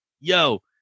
yo